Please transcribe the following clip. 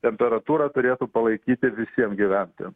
temperatūrą turėtų palaikyti visiems gyventojam